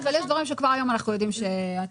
אבל יש דברים שכבר היום אנחנו יודעים שעתידים לפקוע.